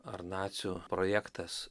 ar nacių projektas